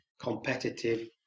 competitive